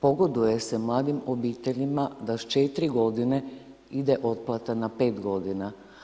Pogoduje se mladim obiteljima da s 4 godine ide otplata na 5 godina.